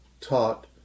taught